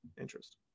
interest